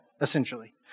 essentially